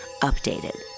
Updated